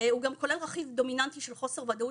הוא גם כולל רכיב דומיננטי של חוסר ודאות